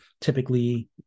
typically